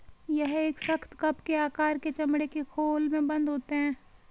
यह एक सख्त, कप के आकार के चमड़े के खोल में बन्द होते हैं